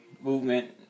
movement